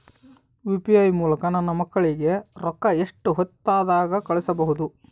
UPI ಮೂಲಕ ನನ್ನ ಮಕ್ಕಳಿಗ ರೊಕ್ಕ ಎಷ್ಟ ಹೊತ್ತದಾಗ ಕಳಸಬಹುದು?